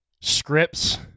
scripts